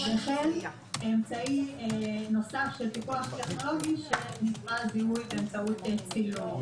ואמצעי נוסף של פיקוח טכנולוגי שנקרא זיהוי באמצעות צילום.